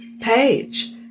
page